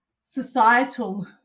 societal